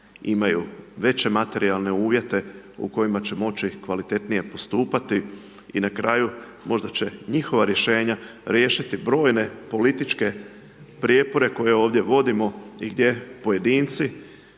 imaju veće materijalne uvjete u kojima će moći kvalitetnije postupati i na kraju, možda će njihova riješenja riješiti brojne političke prijepore koje ovdje vodimo i gdje pojedinci